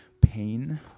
Pain